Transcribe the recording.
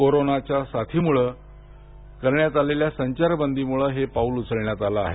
कोरोनाच्या साथीमुळे करण्यात आलेल्या संचारबंदीमुळे हे पाऊल उचलण्यात आलं आहे